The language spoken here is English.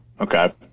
Okay